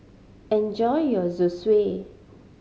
enjoy your Zosui